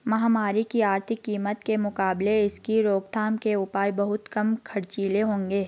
महामारी की आर्थिक कीमत के मुकाबले इसकी रोकथाम के उपाय बहुत कम खर्चीले होंगे